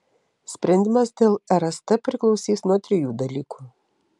sprendimas dėl rst priklausys nuo trijų dalykų